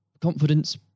confidence